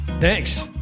Thanks